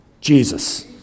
Jesus